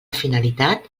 finalitat